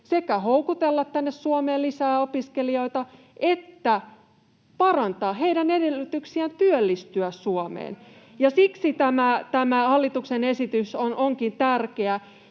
sekä houkutella tänne Suomeen lisää opiskelijoita että parantaa heidän edellytyksiään työllistyä Suomeen, ja siksi tämä hallituksen esitys onkin tärkeä.